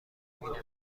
نوشت